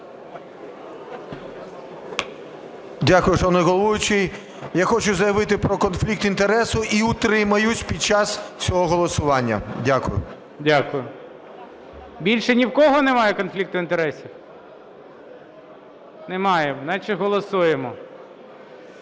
Дякую, шановний головуючий. Я хочу заявити про конфлікт інтересу і утримаюсь під час цього голосування. Дякую. ГОЛОВУЮЧИЙ. Дякую. Більше ні у кого немає конфлікту інтересів? Немає. Значить голосуємо.